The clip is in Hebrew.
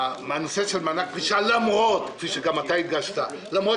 כאשר הלימודים בלשכת רואי החשבון הם הרבה יותר נרחבים,